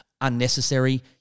Unnecessary